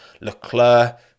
Leclerc